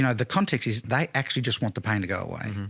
you know the context is they actually just want the pain to go away.